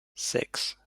six